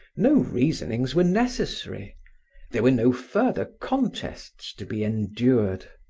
no reasonings were necessary there were no further contests to be endured.